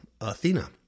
Athena